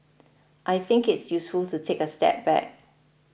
I think it's useful to take a step back